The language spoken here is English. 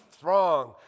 throng